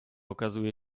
okazuje